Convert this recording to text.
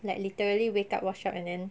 like literally wake up wash up and then